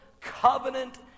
covenant